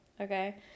Okay